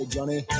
Johnny